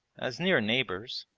as near neighbours,